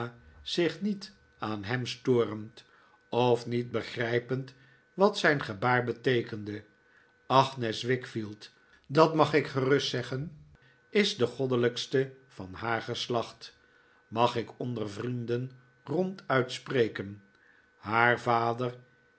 zich niet aan hem storend of niet begrijpend wat zijn gebaar beteekende agnes wickfield dat mag ik gerust zeggen is de goddelijkste van haar geslacht mag ik onder vrienden ronduit spreken haar vader